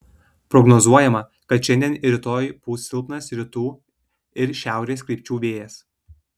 prognozuojama kad šiandien ir rytoj pūs silpnas rytų ir šiaurės krypčių vėjas